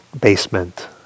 basement